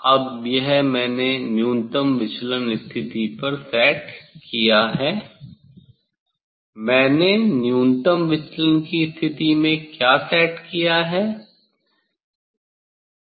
अब यह मैंने न्यूनतम विचलन स्थिति पर सेट किया है मैंने न्यूनतम विचलन की स्थिति में क्या सेट किया है